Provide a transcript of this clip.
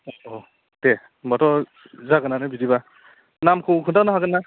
अ दे होमबाथ' जागोनानो बिदिबा नामखौ खोनथानो हागोनना